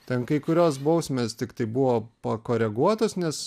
ten kai kurios bausmės tiktai buvo pakoreguotos nes